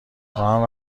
خواهم